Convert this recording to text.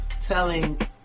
Telling